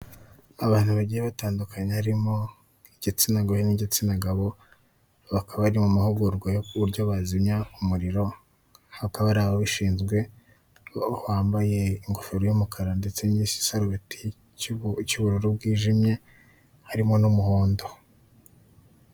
Abantu bagiye batandukanye, harimo igitsina gore n'igitsina gabo, bakaba bari mu mahugurwa y'uburyo bazimya umuriro, hakaba hari ababishinzwe, bambaye ingofero y'umukara ndetse n'igisarubeti cy'ubururu bwijimwe, harimo n'umuhondo.